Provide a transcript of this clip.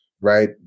right